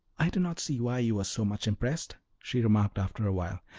i do not see why you were so much impressed, she remarked after a while.